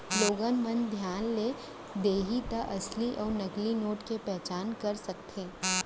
लोगन मन धियान ले देखही त असली अउ नकली नोट के पहचान कर सकथे